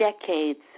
decades